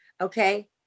okay